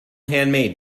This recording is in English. handmade